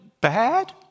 bad